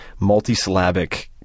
multisyllabic